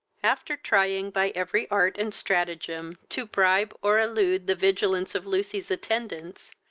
after trying, by every art and stratagem to bribe, or elude, the vigilance of lucy's attendants,